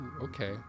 Okay